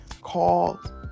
called